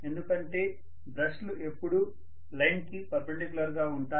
ఎందుకంటే బ్రష్ లు ఎప్పుడూ లైన్ కి పర్పెండిక్యులర్ గా ఉంటాయి